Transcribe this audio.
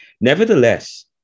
Nevertheless